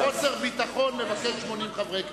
אבל אני אומר שאתה צודק בזה שחוסר ביטחון מבטל 80 חברי כנסת.